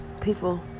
people